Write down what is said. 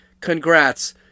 congrats